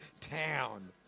town